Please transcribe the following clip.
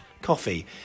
Coffee